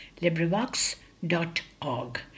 LibriVox.org